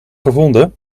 gevonden